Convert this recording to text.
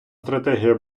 стратегія